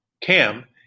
Cam